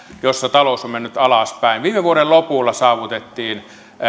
jossa talous on mennyt alaspäin viime vuoden lopulla saavutettiin